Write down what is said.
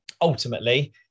ultimately